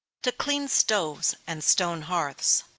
to clean stoves and stone hearths.